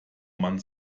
man